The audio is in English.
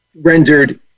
rendered